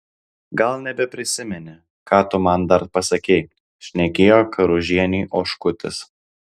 gal nebeprisimeni ką tu man dar pasakei šnekėjo karužienei oškutis